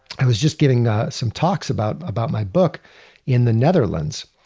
i was just giving some talks about about my book in the netherlands.